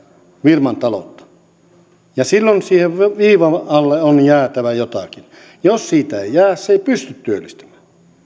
firman taloutta silloin siihen viivan alle on jäätävä jotakin jos siitä ei jää se ei pysty työllistämään